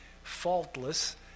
faultless